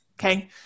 Okay